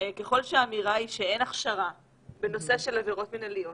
ככל שהאמירה היא שאין הכשרה בנושא של עבירות מנהליות